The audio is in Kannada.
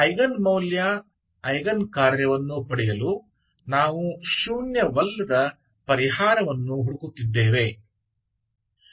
ಐಗನ್ ಮೌಲ್ಯ ಐಗನ್ ಕಾರ್ಯವನ್ನು ಪಡೆಯಲು ನಾವು ಶೂನ್ಯವಲ್ಲದ ಪರಿಹಾರವನ್ನು ಹುಡುಕುತ್ತಿದ್ದೇವೆ